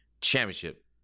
Championship